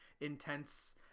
intense –